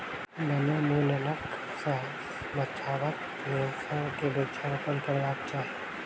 वनोन्मूलनक सॅ बचाबक लेल सभ के वृक्षारोपण करबाक चाही